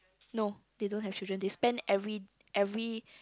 no they don't have children they spend every every